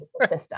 system